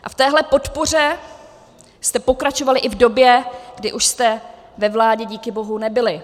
A v téhle podpoře jste pokračovali i v době, kdy už jste ve vládě díky bohu nebyli.